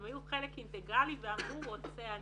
הם היו חלק אינטגרלי ואמרו רוצה אני.